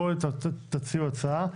תציעו הצעה.